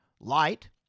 Light